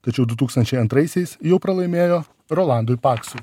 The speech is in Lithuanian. tačiau du tūkstančiai antraisiais jau pralaimėjo rolandui paksui